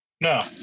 no